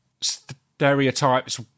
stereotypes